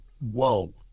whoa